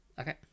Okay